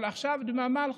אבל עכשיו, דממה אלחוטית.